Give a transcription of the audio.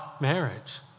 marriage